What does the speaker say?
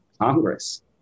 Congress